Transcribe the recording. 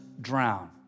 drown